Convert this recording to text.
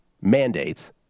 mandates